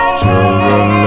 children